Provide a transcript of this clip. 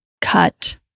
cut